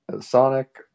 Sonic